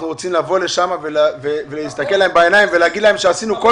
אנחנו רוצים לבוא לשם ולהסתכל להם בעיניים ולהגיד להם שעשינו כל